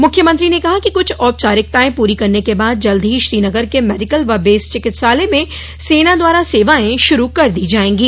मुख्यमंत्री ने कहा कि कुछ औपचारिकताएं पूरी करने के बाद जल्द ही श्रीनगर के मेडिकल व बेस चिकित्सालय में सेना द्वारा सेवाएं शुरू कर दी जाएंगी